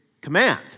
command